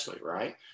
right